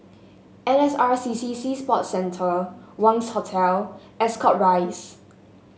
N S R C C Sea Sports Centre Wangz Hotel Ascot Rise